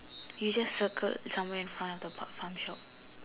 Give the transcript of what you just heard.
you just circle somewhere in front of the farm shop